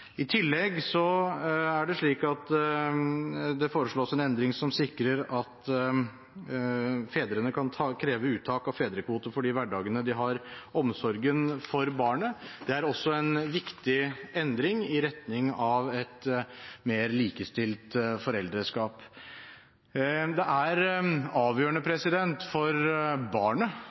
I tillegg foreslås det en endring som sikrer at fedrene kan kreve uttak av fedrekvote på de hverdagene de har omsorgen for barnet. Det er også en viktig endring i retning av et mer likestilt foreldreskap. Det er avgjørende for barnet